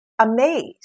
amazed